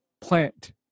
plant